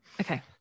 okay